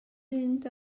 mynd